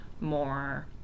more